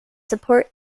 support